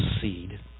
seed